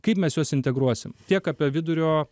kaip mes juos integruosim tiek apie vidurio